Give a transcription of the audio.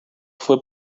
fue